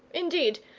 indeed,